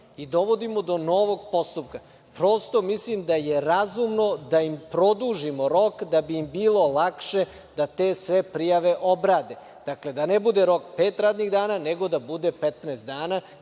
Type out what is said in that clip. Dovodimo do novog postupka. Prosto mislim da je razumno da im produžimo rok da bi im bilo lakše da sve te prijave obrade. Dakle, da ne bude rok pet radnih dana, nego da bude 15 dana,